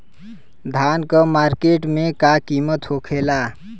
धान क मार्केट में का कीमत होखेला?